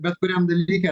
bet kuriam dalyke